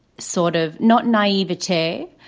sort of not naivete,